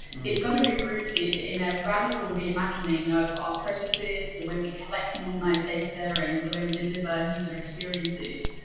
it's got to be rooted in a radical re-imagining of ah processes, the way we collect and organize data and the way we deliver user experiences.